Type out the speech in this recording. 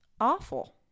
awful